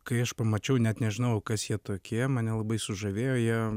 kai aš pamačiau net nežinojau kas jie tokie mane labai sužavėjo jie